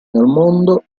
mondo